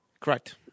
Correct